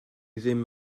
ddim